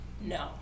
No